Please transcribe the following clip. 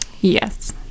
Yes